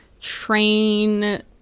train